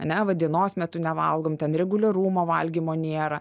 ane va dienos metu nevalgom ten reguliarumo valgymo nėra